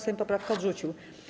Sejm poprawkę odrzucił.